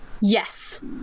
Yes